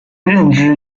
任职